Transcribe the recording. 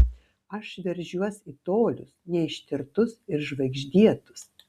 aš veržiuos į tolius neištirtus ir žvaigždėtus